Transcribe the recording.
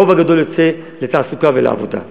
הרוב הגדול יוצא לתעסוקה ולעבודה,